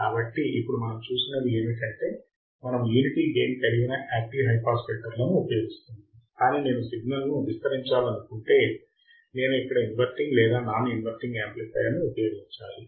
కాబట్టి ఇప్పుడు మనం చూసినది ఏమిటంటే మనము యూనిటీ గెయిన్ కలిగిన యాక్టివ్ హై పాస్ ఫిల్టర్ను ఉపయోగిస్తున్నాము కాని నేను సిగ్నల్ను విస్తరించాలనుకుంటే నేను ఇక్కడ ఇన్వర్టింగ్ లేదా నాన్ ఇన్వర్టింగ్ యాంప్లిఫైయర్ను ఉపయోగించాలి